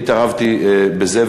אני התערבתי בזה,